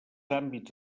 àmbits